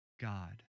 God